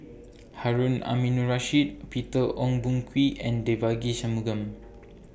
Harun Aminurrashid Peter Ong Boon Kwee and Devagi Sanmugam